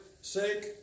sake